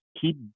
keep